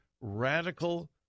radical